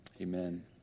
amen